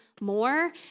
more